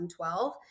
2012